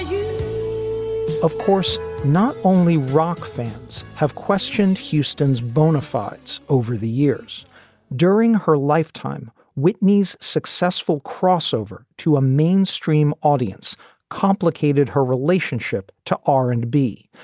yeah of course, not only rock fans have questioned houston's bona fides over the years during her lifetime whitney's successful crossover to a mainstream audience complicated her relationship to r and b,